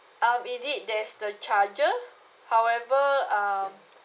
um in it there's the charger however um